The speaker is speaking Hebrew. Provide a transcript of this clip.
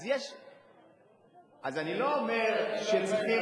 אז אני לא אומר שצריכים,